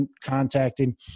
contacting